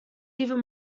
even